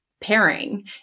pairing